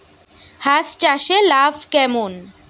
হাঁস চাষে লাভ কেমন?